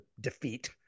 defeat